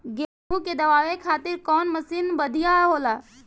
गेहूँ के दवावे खातिर कउन मशीन बढ़िया होला?